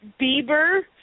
Bieber